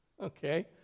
okay